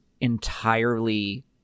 entirely